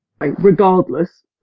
regardless